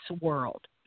world